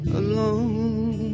alone